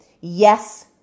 yes